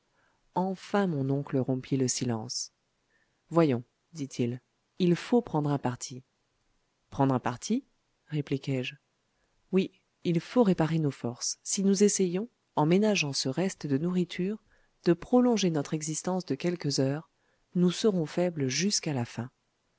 enfin mon oncle rompit le silence voyons dit-il il faut prendre un parti prendre un parti répliquai-je oui il faut réparer nos forces si nous essayons en ménageant ce reste de nourriture de prolonger notre existence de quelques heures nous serons faibles jusqu'à la fin